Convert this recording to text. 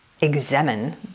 examine